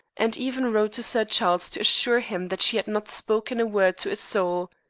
and even wrote to sir charles to assure him that she had not spoken a word to a soul.